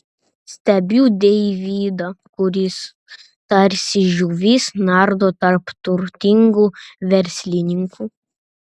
stebiu deividą kuris tarsi žuvis nardo tarp turtingų verslininkų